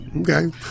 Okay